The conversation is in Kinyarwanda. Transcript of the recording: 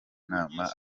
inama